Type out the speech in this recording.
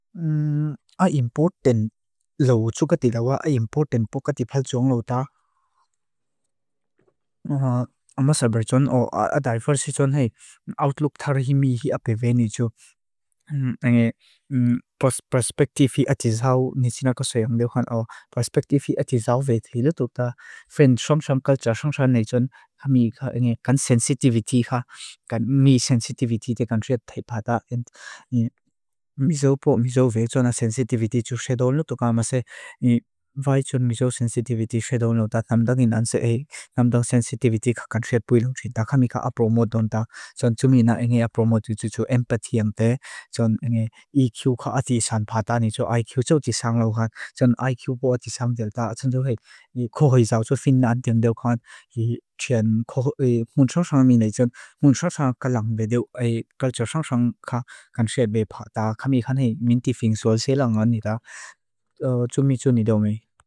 A important loo tsukati lawa, a important pokati phal tiong loo ta. Amasabai tson o a diverse tson hei, outlook tar hi mi hi ape veni tso. Perspective hi a tisao, nitsinakasayang liu khan o perspective hi a tisao vei thii loo tsa. Fen shong shong kalcha shong shong nei tson ha mi kan sensitivity ha. Kan mi sensitivity de kan riat thai pata. Misopo, miso vei tson ha sensitivity tsuk shedon loo tuka amase, vai tson miso sensitivity shedon loo ta, tamdak hi nanse e namdok sensitivity ka kan riat pui loo tshin ta. Kan mi ka apro modon ta, tson tsumina enge apro modu tsu empathy ang te, tson enge EQ ka ati san pata, ni tso IQ tso ati sang loo khan, tson IQ po ati sang deo ta, tson tso hei kohoi zao tso fin nandion deo khan. Mun shong shong mi nei tson, mun shong shong kalang be deo, kalcha shong shong ka kan shed vei pata, kan mi khan hei minti fin tso selang ani ta, tson mi tson ni deo mi.